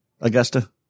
Augusta